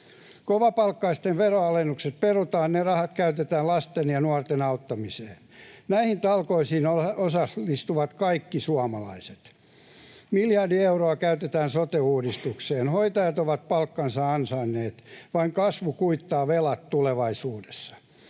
Kovapalkkaisten veronalennukset perutaan — ne rahat käytetään lasten ja nuorten auttamiseen. Näihin talkoisiin osallistuvat kaikki suomalaiset. Miljardi euroa käytetään sote-uudistukseen, hoitajat ovat palkkansa ansainneet. Vain kasvu kuittaa velat tulevaisuudessa.